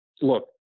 look